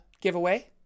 giveaway